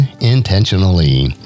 intentionally